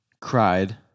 cried